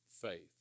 faith